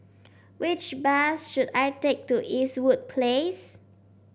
which bus should I take to Eastwood Place